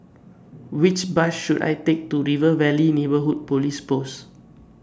Which Bus should I Take to River Valley Neighbourhood Police Post